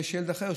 וילד אחר,